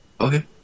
Okay